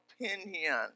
opinion